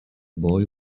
boy